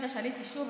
בגלל שעליתי שוב,